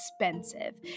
expensive